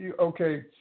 okay